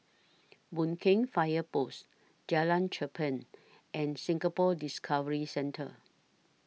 Boon Keng Fire Post Jalan Cherpen and Singapore Discovery Centre